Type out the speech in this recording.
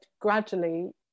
gradually